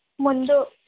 ముందు